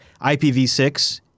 IPv6